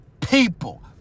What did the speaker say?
people